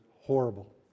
horrible